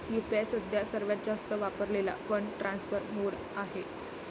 UPI सध्या सर्वात जास्त वापरलेला फंड ट्रान्सफर मोड आहे